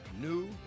new